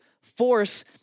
force